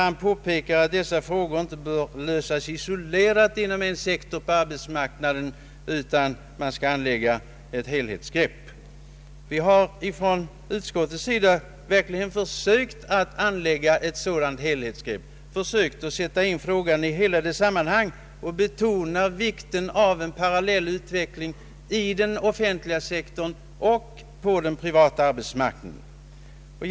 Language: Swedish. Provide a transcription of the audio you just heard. Han påpekar att dessa frågor inte bör lösas isolerat inom en sektor på arbetsmarknaden utan att man skall anlägga ett helhetsgrepp. Vi har från utskottets sida verkligen försökt att anlägga ett sådant helhetsgrepp, försökt att sätta in frågan i hela dess sammanhang. Vi betonar vikten av en parallell utveckling inom den offentliga sektorn och på den privata arbetsmarknaden.